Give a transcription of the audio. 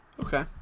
Okay